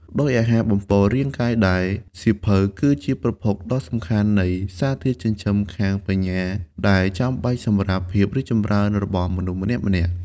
ដូចអាហារបំប៉នរាងកាយដែរ សៀវភៅគឺជាប្រភពដ៏សំខាន់នៃសារធាតុចិញ្ចឹមខាងបញ្ញា ដែលចាំបាច់សម្រាប់ភាពរីកចម្រើនរបស់មនុស្សម្នាក់ៗ។